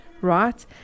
right